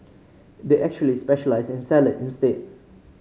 they actually specialise in salad instead